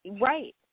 Right